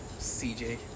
CJ